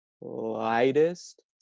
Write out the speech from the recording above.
lightest